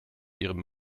ihrem